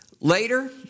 Later